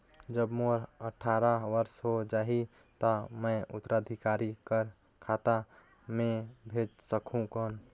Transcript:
जब मोर अट्ठारह वर्ष हो जाहि ता मैं उत्तराधिकारी कर खाता मे भेज सकहुं कौन?